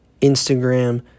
Instagram